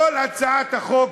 בכל הצעת החוק,